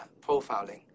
profiling